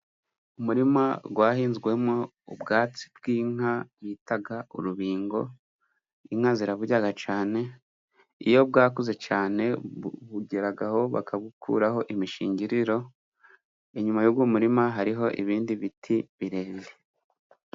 Umurima wahinzwemo ubwatsi bw'inka bita urubingo, inka ziraburya cyane. Iyo bwakuze cyane bugeraho bakabukuraho imishingiriro. Inyuma y'uwo muririma hariho ibindi biti birebire.